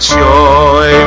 joy